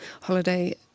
holiday